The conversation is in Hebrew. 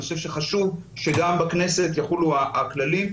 אני חושב שחשוב שגם בכנסתך יחולו הכללים.